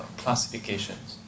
classifications